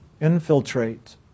infiltrate